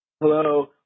Hello